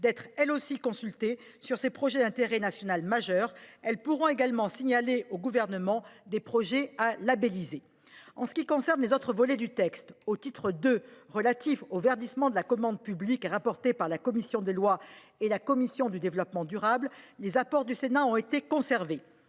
d’être également consultées sur ces projets d’intérêt national majeur. Elles pourront de même signaler au Gouvernement des projets à labelliser. En ce qui concerne les autres volets du texte, au titre II, relatif au verdissement de la commande publique et dont la commission des lois et la commission du développement durable avaient été saisies